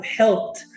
helped